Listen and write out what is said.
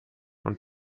und